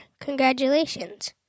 Congratulations